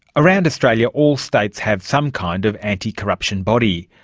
around australia all states have some kind of anticorruption body.